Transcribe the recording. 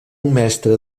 mestre